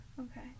okay